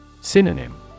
Synonym